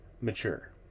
mature